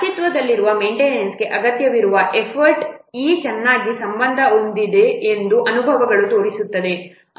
ಅಸ್ತಿತ್ವದಲ್ಲಿರುವ ಮೇನ್ಟೈನೆನ್ಸ್ಗೆ ಅಗತ್ಯವಿರುವ ಎಫರ್ಟ್ E ಚೆನ್ನಾಗಿ ಸಂಬಂಧ ಹೊಂದಿದೆ ಎಂದು ಅನುಭವಗಳು ತೋರಿಸುತ್ತವೆ